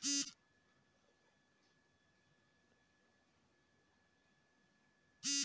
सांख्यिकी मे डेटाक अध्ययन, समीक्षा, विश्लेषण आ निष्कर्ष निकालै के तरीका शामिल होइ छै